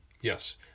yes